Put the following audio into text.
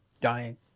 Dying